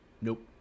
Nope